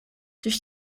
durch